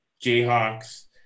Jayhawks